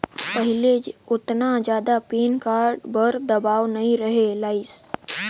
पहिले ओतना जादा पेन कारड बर दबाओ नइ रहें लाइस